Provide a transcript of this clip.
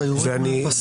אתה יורד מהפסים.